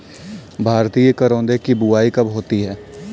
भारतीय करौदे की बुवाई कब होती है?